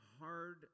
hard